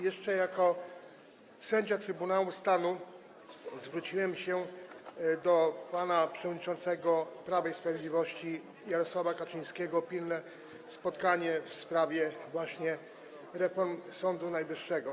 Jeszcze jako sędzia Trybunału Stanu zwróciłem się do pana przewodniczącego Prawa i Sprawiedliwości Jarosława Kaczyńskiego o pilne spotkanie właśnie w sprawie reform Sądu Najwyższego.